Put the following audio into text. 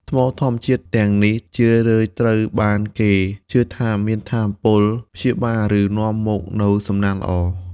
ថ្មធម្មជាតិទាំងនេះ ជារឿយៗត្រូវបានគេជឿថាមានថាមពលព្យាបាល ឬនាំមកនូវសំណាងល្អ។